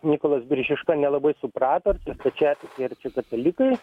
mykolas biržiška nelabai suprato stačiatikiai ar čia katalikai